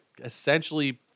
essentially